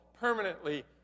permanently